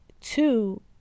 Two